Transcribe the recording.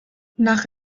nach